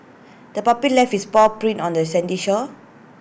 the puppy left its paw prints on the sandy shore